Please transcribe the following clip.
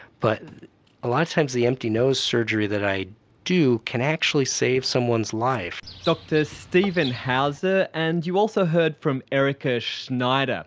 but a lot of times the empty nose surgery that i do can actually save someone's life. dr steven houser. and you also heard from erika schneider.